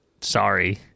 Sorry